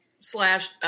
slash